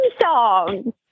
song